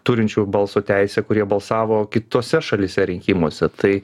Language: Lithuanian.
turinčių balso teisę kurie balsavo kitose šalyse rinkimuose tai